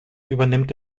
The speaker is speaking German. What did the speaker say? übernimmt